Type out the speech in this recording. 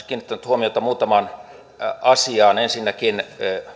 kiinnittänyt huomiota muutamaan asiaan ensinnäkin